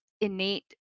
innate